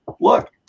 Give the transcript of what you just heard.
Look